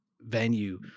venue